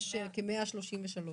כ-133.